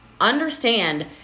Understand